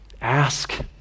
ask